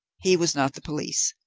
he was not the police,